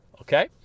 Okay